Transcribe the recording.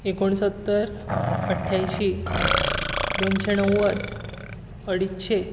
एकूण सत्तर अठ्ठ्यांयशी दोनशें णव्वद अडिचशें